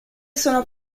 sono